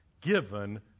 given